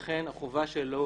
לכן החובה שלו